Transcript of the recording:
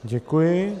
Děkuji.